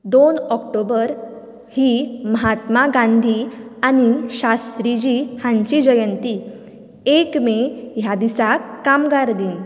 दोन ऑक्टोबर ही महात्मा गांधी आनी शात्रीजी हांची जयंती एक मे ह्या दिसाक कामगार दीन